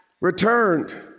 returned